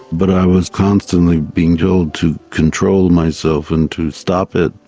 but i was constantly being told to control myself and to stop it.